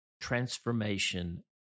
transformation